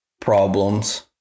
problems